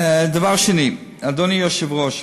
דבר שני, אדוני היושב-ראש,